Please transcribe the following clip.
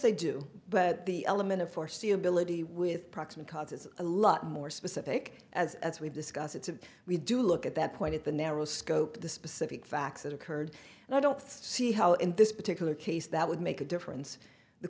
they do but the element of foreseeability with proximate causes a lot more specific as as we've discussed it's if we do look at that point at the narrow scope the specific facts it occurred and i don't see how in this particular case that would make a difference the